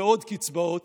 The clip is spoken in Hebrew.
ועוד קצבאות,